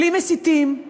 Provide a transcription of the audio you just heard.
בלי מסיתים,